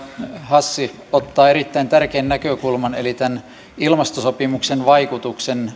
hassi ottaa erittäin tärkeän näkökulman eli tämän ilmastosopimuksen vaikutuksen